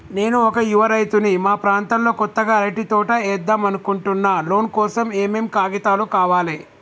నేను ఒక యువ రైతుని మా ప్రాంతంలో కొత్తగా అరటి తోట ఏద్దం అనుకుంటున్నా లోన్ కోసం ఏం ఏం కాగితాలు కావాలే?